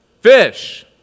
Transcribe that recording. fish